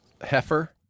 Heifer